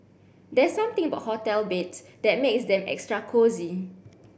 there's something about hotel beds that makes them extra cosy